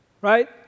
right